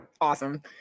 Awesome